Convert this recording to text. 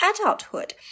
adulthood